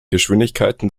geschwindigkeiten